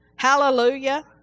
Hallelujah